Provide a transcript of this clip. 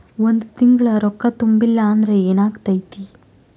ಒಂದ ತಿಂಗಳ ರೊಕ್ಕ ತುಂಬಿಲ್ಲ ಅಂದ್ರ ಎನಾಗತೈತ್ರಿ?